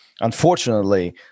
unfortunately